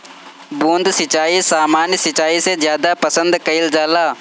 बूंद सिंचाई सामान्य सिंचाई से ज्यादा पसंद कईल जाला